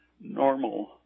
normal